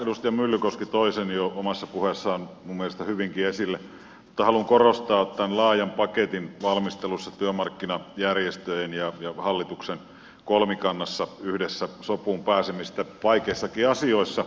edustaja myllykoski toi sen jo omassa puheessaan minun mielestäni hyvinkin esille mutta haluan korostaa tämän laajan paketin valmistelussa työmarkkinajärjestöjen ja hallituksen kolmikannassa yhdessä sopuun pääsemistä vaikeissakin asioissa